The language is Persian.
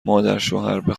مادرشوهربه